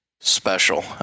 special